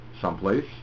someplace